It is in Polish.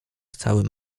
całym